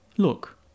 Look